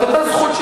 את אותה זכות,